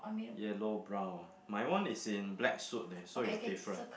yellow brown ah my one is in black suit leh so it's different